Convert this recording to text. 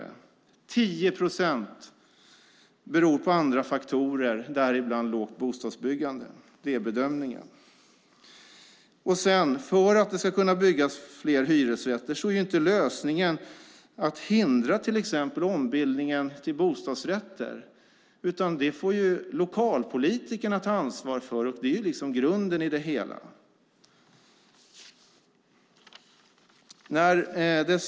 Det är 10 procent som beror på andra faktorer, däribland bostadsbyggande. Det är bedömningen. För att det ska kunna byggas fler hyresrätter är inte lösningen att hindra till exempel ombildning till bostadsrätter. Det får lokalpolitikerna ta ansvar för. Det är grunden i det hela.